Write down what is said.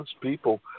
people